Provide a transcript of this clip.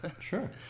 Sure